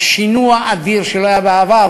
שינוע אדיר שלא היה בעבר.